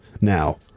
now